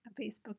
Facebook